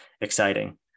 exciting